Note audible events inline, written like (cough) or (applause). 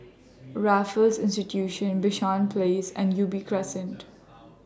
Raffles Institution Bishan Place and Ubi Crescent (noise)